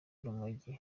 rumogi